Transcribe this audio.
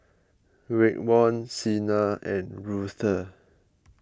Raekwon Sina and Ruthe